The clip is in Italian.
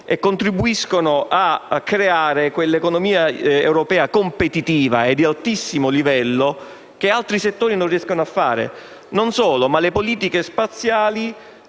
e contribuiscono a creare quell'economia europea competitiva e di altissimo livello che non si ritrova in altri settori. Non solo: le politiche spaziali